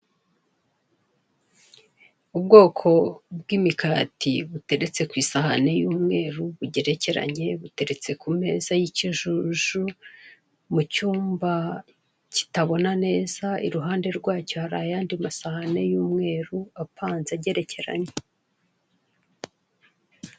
Ubwoko bw'imikati buteretse ku isahane y'umweru bugerekeranye buteretse ku meza y'ikijuju mu cyumba kitabona neza iruhande rwacyo hari ayandi masahane y'umweru apanze agerekeranye.